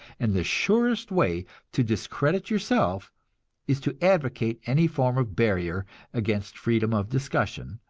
and the surest way to discredit yourself is to advocate any form of barrier against freedom of discussion,